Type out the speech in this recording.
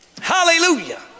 hallelujah